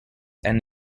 and